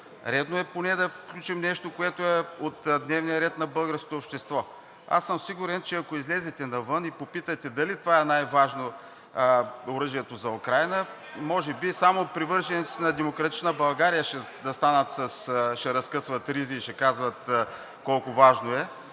редно е поне да включим нещо, което е от дневния ред на българското общество. Аз съм сигурен, че ако излезете навън и попитате дали това е най-важно – оръжието за Украйна, може би само привържениците на „Демократична България“ ще застанат, ще разкъсват ризи и ще казват колко важно е